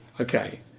Okay